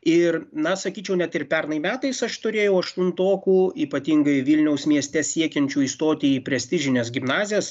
ir na sakyčiau net ir pernai metais aš turėjau aštuntokų ypatingai vilniaus mieste siekiančių įstoti į prestižines gimnazijas